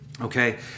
Okay